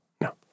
no